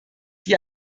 die